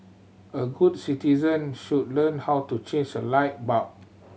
all good citizen should learn how to change a light bulb